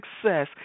success